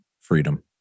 Freedom